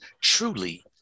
truly